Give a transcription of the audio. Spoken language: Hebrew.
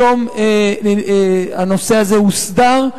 היום הנושא הזה הוסדר,